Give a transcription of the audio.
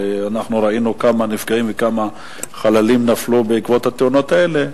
ואנחנו ראינו כמה נפגעים וכמה חללים נפלו בעקבות התאונות האלה,